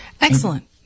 Excellent